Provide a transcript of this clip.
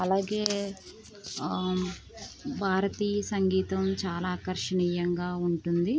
అలాగే ఆ భారతీయ సంగీతం చాలా ఆకర్షణీయంగా ఉంటుంది